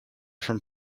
from